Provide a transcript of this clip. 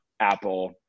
Apple